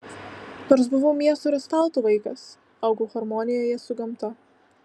nors buvau miesto ir asfalto vaikas augau harmonijoje su gamta